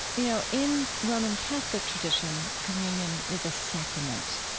you know, in roman catholic tradition communion is a sacrament.